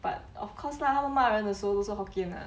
but of course lah 他们骂人的时候都是 hokkien lah